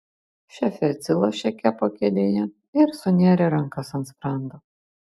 šefė atsilošė kepo kėdėje ir sunėrė rankas ant sprando